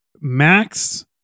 Max